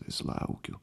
vis laukiu